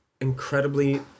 incredibly